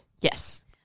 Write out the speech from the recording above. Yes